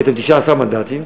כי אתם 19 מנדטים.